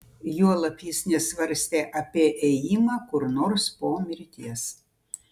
juolab jis nesvarstė apie ėjimą kur nors po mirties